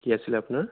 কি আছিল আপোনাৰ